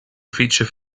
feature